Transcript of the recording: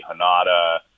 Hanada